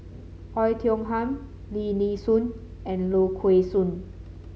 Oei Tiong Ham Lim Nee Soon and Low Kway Song